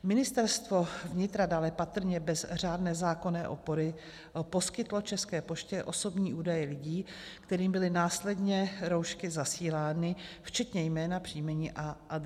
Ministerstvo vnitra dále patrně bez řádné zákonné opory poskytlo České poště osobní údaje lidí, kterým byly následně roušky zasílány, včetně jména, příjmení a adresy.